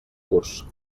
curs